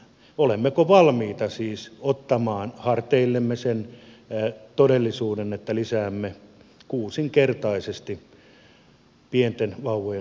olemmeko valmiita siis ottamaan harteillemme sen todellisuuden että lisäämme kuusinkertaisesti pienten vauvojen kuolemaa